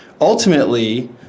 ultimately